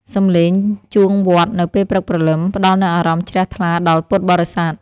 សំឡេងជួងវត្តនៅពេលព្រឹកព្រលឹម ផ្តល់នូវអារម្មណ៍ជ្រះថ្លាដល់ពុទ្ធបរិស័ទ។